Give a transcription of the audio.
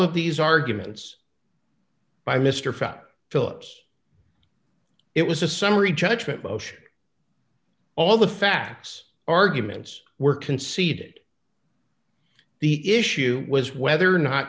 of these arguments by mr fact phillips it was a summary judgment motion all the facts arguments were conceded the issue was whether or not